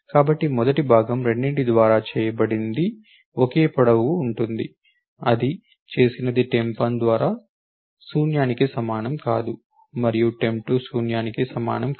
కాబట్టి మొదటి భాగం రెండింటి ద్వారా చేయబడినది ఒకే పొడవు ఉంటుంది అది చేసినది టెంప్ 1 అనేది శూన్యానికి సమానం కాదు మరియు టెంప్ 2 శూన్యానికి సమానం కాదు